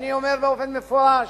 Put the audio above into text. אני אומר באופן מפורש: